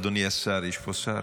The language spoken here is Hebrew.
אדוני השר, יש פה שר?